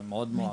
זה מאוד מוערך.